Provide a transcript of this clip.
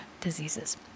diseases